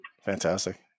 Fantastic